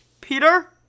Peter